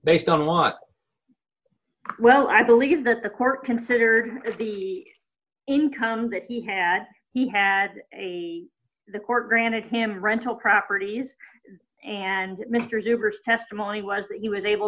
based on a lot well i believe that the court considered the income that he had he had a the court granted him rental properties and mr zoomers testimony was that he was able